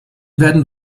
werden